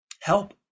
help